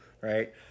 right